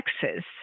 Texas